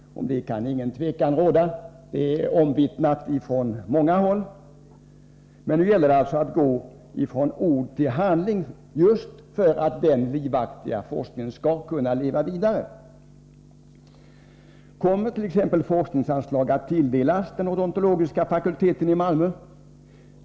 Det är omvittnat från många håll. Nu gäller det emellertid att gå från ord till handling, just för att den livaktiga forskningen skall kunna leva vidare. forskningsanslag att tilldelas odontologiska fakulteten i Malmö?